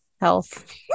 health